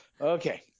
okay